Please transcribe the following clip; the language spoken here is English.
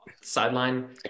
sideline